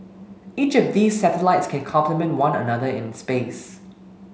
each of these satellites can complement one another in space